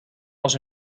was